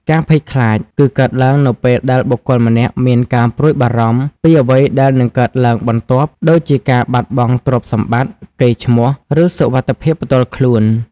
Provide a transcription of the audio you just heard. ការភ័យខ្លាចគឺកើតឡើងនៅពេលដែលបុគ្គលម្នាក់មានការព្រួយបារម្ភពីអ្វីដែលនឹងកើតឡើងបន្ទាប់ ដូចជាការបាត់បង់ទ្រព្យសម្បត្តិ កេរ្តិ៍ឈ្មោះ ឬសុវត្ថិភាពផ្ទាល់ខ្លួន។